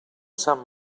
sant